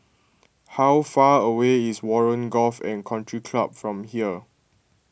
how far away is Warren Golf and Country Club from here